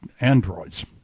Androids